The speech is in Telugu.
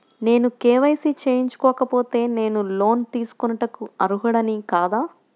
నేను కే.వై.సి చేయించుకోకపోతే నేను లోన్ తీసుకొనుటకు అర్హుడని కాదా?